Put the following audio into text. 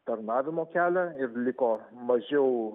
tarnavimo kelią ir liko mažiau